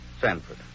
Sanford